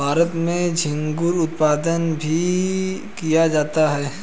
भारत में झींगुर उत्पादन भी किया जाता है